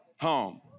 home